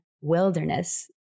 wilderness